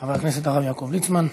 חבר הכנסת הרב יעקב ליצמן,